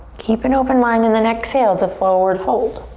keep an open mind and and exhale to forward fold.